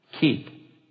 keep